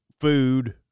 food